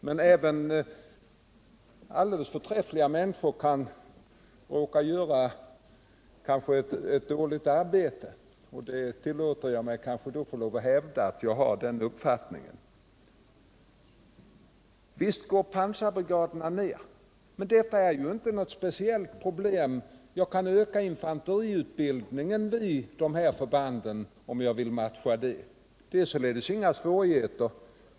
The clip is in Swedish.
Men även alldeles förträffliga människor kan kanske råka göra ett dåligt arbete, och jag tillåter mig att säga att jag har den uppfattningen. Visst dras pansarbrigaderna ner, men detta är ju inte något speciellt problem. Man kan öka infanteriutbildningen vid dessa förband, om man vill matcha den minskningen. Det medför således inga svårigheter.